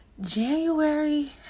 January